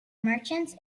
merchants